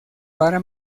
para